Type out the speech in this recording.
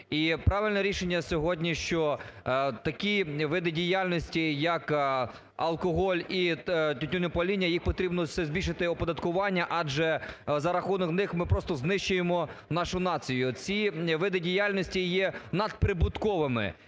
правильне рішення сьогодні, що такі види діяльності, як алкоголь і тютюнопаління, їх потрібно ще збільшити оподаткування, адже за рахунок них ми просто знищуємо нашу націю. Ці види діяльності є надприбутковими.